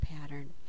pattern